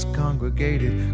congregated